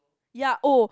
ya oh